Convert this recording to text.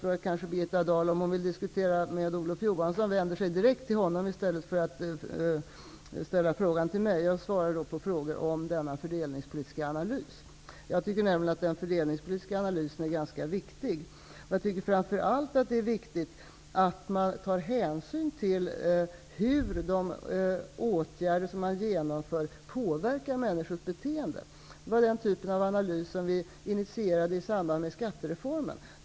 Om Birgitta Dahl vill diskutera med Olof Johansson föreslår jag att hon vänder sig direkt till honom i stället för att ställa frågor till mig. Jag svarar på frågor om den fördelningspolitiska analysen. Jag tycker nämligen att det fördelningspolitiska analysen är ganska viktig. Jag tycker framför allt att det är viktigt att man tar hänsyn till hur de åtgärder som genomförs påverkar människors beteende. Det var den typen av analys som vi initierade i samband med skattereformen.